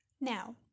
Now